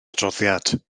adroddiad